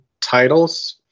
titles